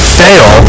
fail